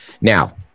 Now